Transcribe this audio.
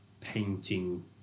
painting